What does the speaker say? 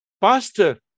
Pastor